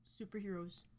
superheroes